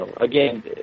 Again